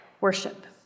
worship